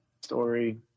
story